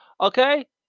Okay